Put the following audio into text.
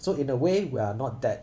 so in a way we are not that